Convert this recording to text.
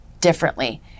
Differently